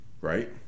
right